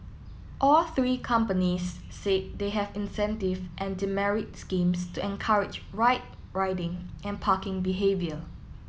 all three companies said they have incentive and demerit schemes to encourage right riding and parking behaviour